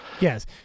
Yes